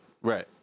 Right